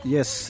Yes